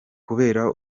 kubera